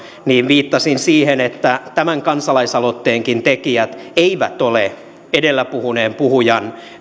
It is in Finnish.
viittasin siihen että tämän kansalaisaloitteenkaan tekijät eivät ole edellä puhuneen puhujan